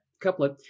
couplet